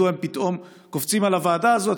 מדוע הם פתאום קופצים על הוועדה הזו.